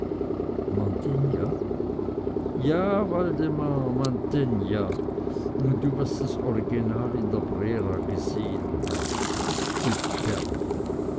mantegna ja waldemar mantegna du wirst das original in der brera gesehen haben